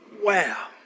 Wow